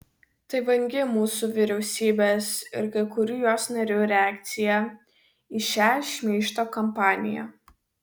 tai vangi mūsų vyriausybės ir kai kurių jos narių reakcija į šią šmeižto kampaniją